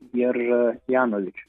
jeržą janovičių